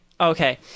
Okay